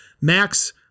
Max